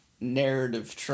narrative